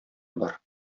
бар